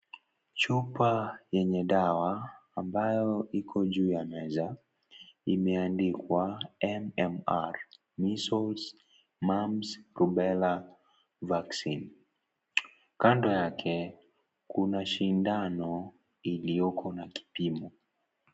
Chupa yenye dawa aMbayo iko juu ya meza, imeandikwa MMR. Measles, Mumps, Rubella Vaccine . Kando yake kuna sindano iliyoko na kipimo.